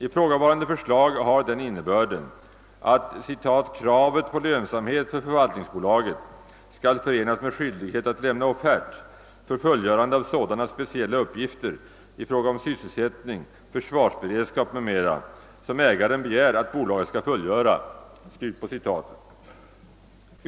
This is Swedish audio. Ifrågavarande förslag har den innebörden, att »kravet på lönsamhet för förvaltningsbolaget skall förenas med skyldighet att lämna offert för fullgörande av sådana speciella uppgifter i fråga om sysselsättning, försvarsberedskap m.m. som ägaren begär att bolaget skall fullgöra».